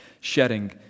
shedding